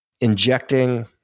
injecting